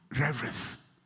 reverence